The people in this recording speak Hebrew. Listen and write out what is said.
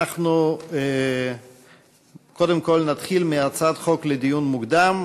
אנחנו קודם כול נתחיל בהצעת חוק לדיון מוקדם.